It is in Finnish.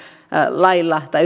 lailla tai